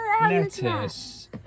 Lettuce